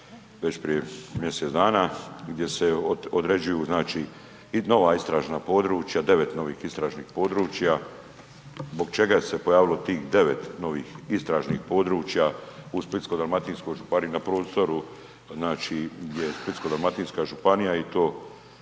već prije mjesec dana gdje se određuju nova istražna područja, devet novih istražnih područja. Zbog čega se pojavilo tih novih devet istražnih područja u Splitsko-dalmatinskoj županiji na prostoru gdje je Splitsko-dalmatinska županija i to